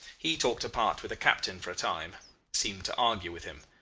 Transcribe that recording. he talked apart with the captain for a time seemed to argue with him.